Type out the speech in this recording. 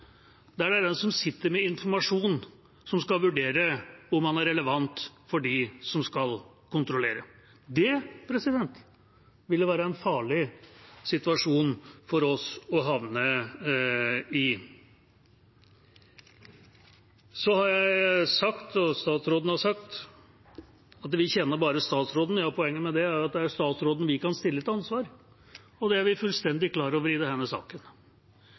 der det er den som sitter med informasjon, som skal vurdere om den er relevant for dem som skal kontrollere. Det ville være en farlig situasjon for oss å havne i. Jeg har sagt – og statsråden har sagt – at vi kjenner bare statsråden. Ja, poenget med det er at det er statsråden vi kan stille til ansvar, og det er vi fullstendig klar over i denne saken.